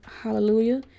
hallelujah